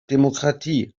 demokratie